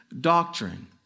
doctrine